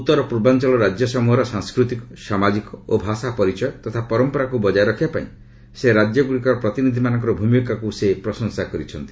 ଉତ୍ତରପୂର୍ବାଞ୍ଚଳ ରାଜ୍ୟ ସମ୍ବହର ସାଂସ୍କୃତିକ ସାମାଜିକ ଓ ଭାଷା ପରିଚୟ ତଥା ପରମ୍ପରାକୁ ବଜାୟ ରଖିବା ପାଇଁ ସେହି ରାଜ୍ୟଗୁଡ଼ିକର ପ୍ରତିନିଧିମାନଙ୍କର ଭୂମିକାକୁ ସେ ପ୍ରଶଂସା କରିଛନ୍ତି